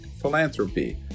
philanthropy